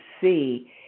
see